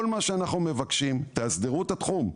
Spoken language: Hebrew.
כל מה שאנחנו מבקשים זה שתאסדרו את התחום,